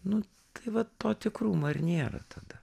nu tai va to tikrumo ir nėra tada